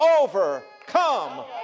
overcome